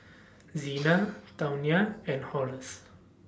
Zina Tawnya and Horace